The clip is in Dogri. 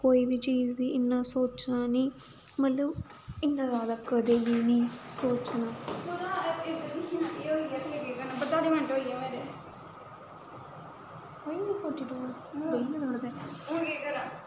कोई बी चीज़ गी इन्ना सोचना नी मतलब इन्ना जादा कदें बी नी सोचना